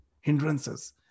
hindrances